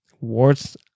words